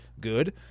good